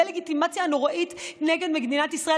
עם הדה-לגיטימציה הנוראית נגד מדינת ישראל.